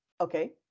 Okay